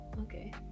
Okay